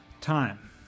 time